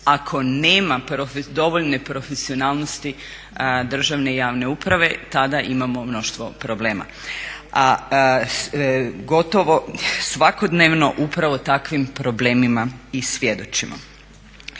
ako nema dovoljne profesionalnosti državne i javne uprave tada imamo mnoštvo problema a gotovo svakodnevno upravo takvim problemima i svjedočimo.